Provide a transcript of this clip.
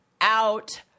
out